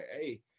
hey